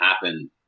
happen